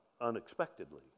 unexpectedly